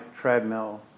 treadmill